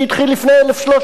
רק זה כיבוש כאן.